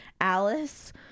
Alice